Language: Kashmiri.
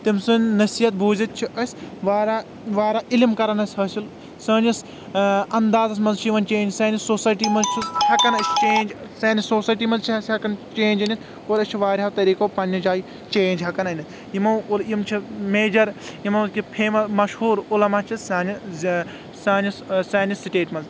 تٔمہِ سُنٛد نصیٖحت بوٗزِتھ چھ أسۍ واریاہ واریاہ علِم کران أسۍ حأصِل سأنِس انٛدازس منٛز چھ یِوان چینج سانہِ سوسایٹی منٛز ہیٚکان اسہِ چینج سانہِ ساسویٹی منٛز چھِ ہیٚکان أسۍ چینج أنِتھ اور أسۍ چھ واریاہو طٔریقو پننہِ جایہِ چینج ہیٚکان أنِتھ یِمو اور یِم چھ میجر کہِ فے مشہوٗر علما چھِ سأنہِ سٹیٹ منٛز